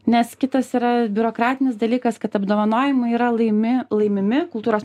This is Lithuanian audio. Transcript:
nes kitas yra biurokratinis dalykas kad apdovanojimai yra laimi laimimi kultūros